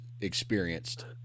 experienced